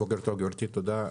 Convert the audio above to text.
בוקר טוב גבירתי, תודה.